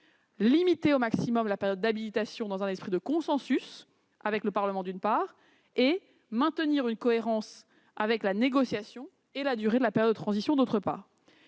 limiter au maximum la période d'habilitation dans un esprit de consensus avec le Parlement et, d'autre part, maintenir une cohérence entre la négociation et la durée de la période de transition. Dans cet